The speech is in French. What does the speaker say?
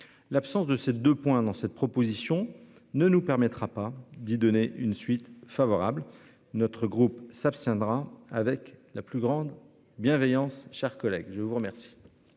L'absence de ses 2 points dans cette proposition ne nous permettra pas d'y donner une suite favorable. Notre groupe s'abstiendra avec la plus grande bienveillance. Chers collègues, je vous remercie.--